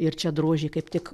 ir čia drožė kaip tik